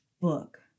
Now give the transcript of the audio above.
book